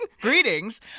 Greetings